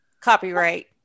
copyright